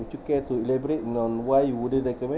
would you care to elaborate on why you wouldn't recommend